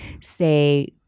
say